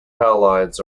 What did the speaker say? halides